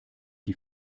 die